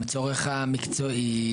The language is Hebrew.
עם הצורך המקצועי,